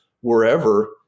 wherever